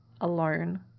alone